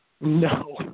No